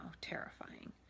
terrifying